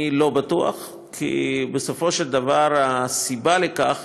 אני לא בטוח, כי בסופו של דבר הסיבה לכך